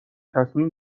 تصمیم